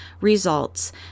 results